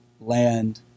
land